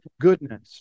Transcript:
goodness